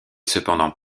cependant